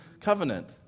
covenant